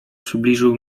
przybliżył